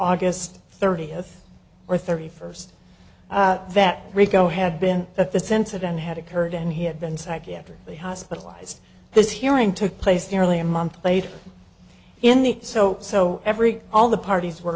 august thirtieth or thirty first that rico has been at the censored and had occurred and he had been psychiatrically hospitalized this hearing took place nearly a month later in the so so every all the parties were